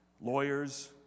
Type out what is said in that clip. lawyers